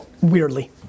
Weirdly